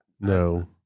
No